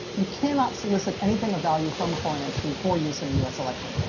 you cannot solicit anything of value from a foreign entity for use in a u s. election.